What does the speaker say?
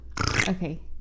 Okay